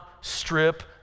strip